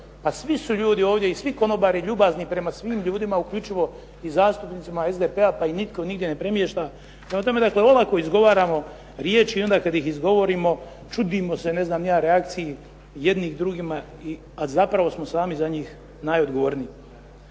Pa svi su ljudi ovdje i svi konobari ljubazni prema svim ljudima uključivo i zastupnicima SDP-a, pa ih nitko nigdje ne premješta. Prema tome dakle olako izgovaramo riječi i onda kad ih izgovorimo čudimo se ne znam ni ja reakciji jedni drugima, a zapravo smo sami za njih najodgovorniji.